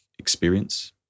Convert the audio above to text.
experience